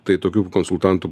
tai tokių konsultantų